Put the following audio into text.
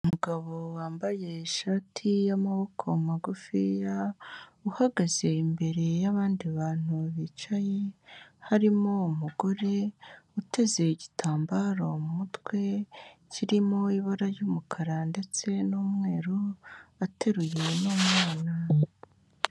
Umugabo wambaye ishati y'amaboko magufiya uhagaze imbere y'abandi bantu bicaye, harimo umugore uteze igitambaro mu mutwe kirimo ibara ry'umukara ndetse n'umweru ateruye n'umwana.